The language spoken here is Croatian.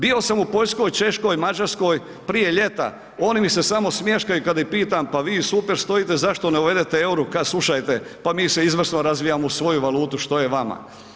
Bio sam u Poljskoj, Češkoj, Mađarskoj prije ljeta oni mi se samo smješkaju kad ih pitam pa vi super stojite zašto ne uvedete EURO-o, kaže slušajte pa mi se izvrsno razvijamo uz svoju valutu što je vama.